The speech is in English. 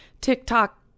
TikTok